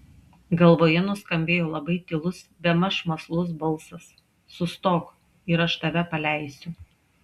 galvoje nuskambėjo labai tylus bemaž mąslus balsas sustok ir aš tave paleisiu